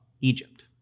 Egypt